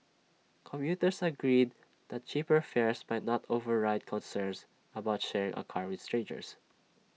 commuters agreed that cheaper fares might not override concerns about sharing A car with strangers